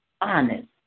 honest